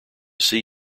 see